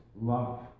love